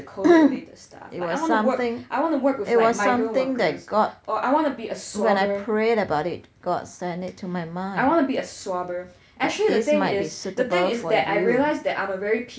it was something it was something that god when I prayed about it god send it to my mind that this might be suitable for you